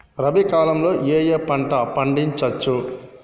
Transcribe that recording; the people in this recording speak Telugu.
రబీ కాలంలో ఏ ఏ పంట పండించచ్చు?